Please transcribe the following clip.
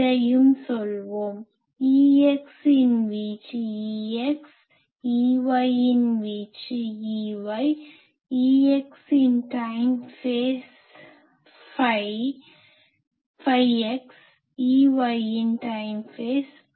இதையும் சொல்வோம் Ex இன் வீச்சு Ex Ey இன் வீச்சு Ey Ex இன் டைம் ஃபேஸ் time phase கால கட்டம் ஃபை x Ey இன் டைம் ஃபேஸ் ஃபை y